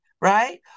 right